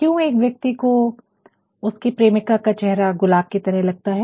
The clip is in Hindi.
क्यों एक व्यक्ति को उसकी प्रेमिका का चेहरा गुलाब की तरह लगता है